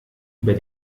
über